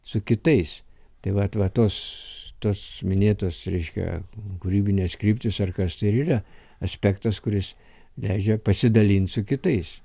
su kitais tai vat vat tos tos minėtos reiškia kūrybines kryptys ar kas tai ir yra aspektas kuris leidžia pasidalint su kitais